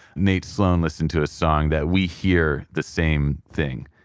nate sloan, listen to a song that we hear the same thing,